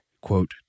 quote